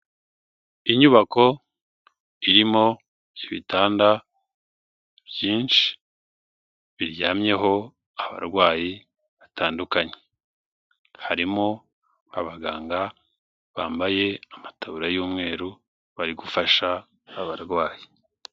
Inyubako irimo ibitanda byinshi biryamyeho abarwayi batandukanye, harimo abaganga bambaye amataburiya y'umweru bari gufasha abarwayi.